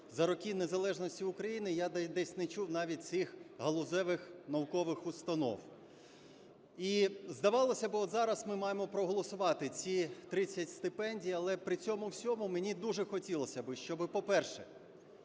за роки незалежності України я десь не чув навіть цих галузевих наукових установ. І, здавалося би, от зараз ми маємо проголосувати ці 30 стипендій, але при цьому всьому мені дуже хотілося би, щоби, по-перше,